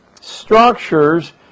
structures